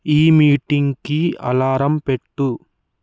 ఈ మీటింగ్కి అలారం పెట్టు